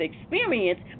experience